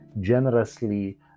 generously